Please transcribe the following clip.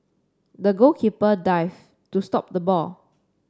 the goalkeeper dived to stop the ball